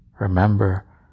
Remember